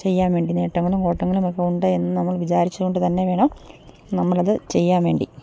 ചെയ്യാൻ വേണ്ടി നേട്ടങ്ങളും കോട്ടങ്ങളുമൊക്കെ ഉണ്ട് എന്നു നമ്മൾ വിചാരിച്ചു കൊണ്ടു തന്നെ വേണം നമ്മളതു ചെയ്യാൻ വേണ്ടി